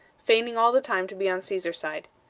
feigning all the time to be on caesar's side.